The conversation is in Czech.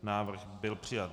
Návrh byl přijat.